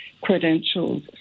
credentials